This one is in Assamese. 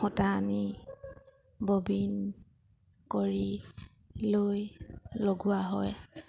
সূতা আনি ববিন কৰি লৈ লগোৱা হয়